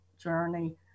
journey